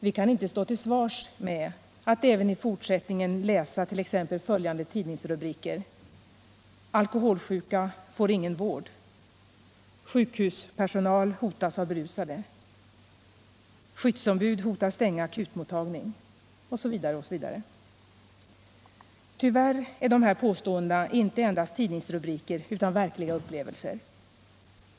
Vi kan inte stå till svars med att även i fortsättningen läsa t.ex. följande tidningsrubriker: ”Alkoholsjuka får ingen vård” — ”Sjukhuspersonal hotas av berusade” — ”Skyddsombud hotar stänga akutmottagning” osv. Tyvärr är de här påståendena inte endast tidningsrubriker utan verkliga upplevelser.